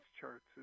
charts